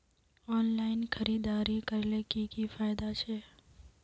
Online खरीदारी करले की की फायदा छे?